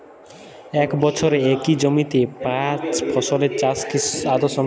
এক বছরে একই জমিতে পাঁচ ফসলের চাষ কি আদৌ সম্ভব?